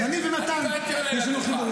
אז אני ומתן, יש לנו חיבור.